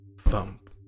Thump